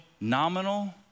nominal